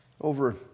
Over